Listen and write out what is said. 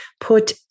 put